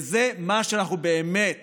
וזה מה שאנחנו באמת